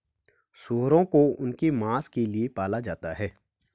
सूअरों को उनके मांस के लिए पाला जाता है